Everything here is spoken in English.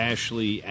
Ashley